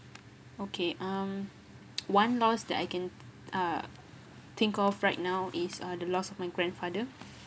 okay um one loss that I can uh think of right now is uh the loss of my grandfather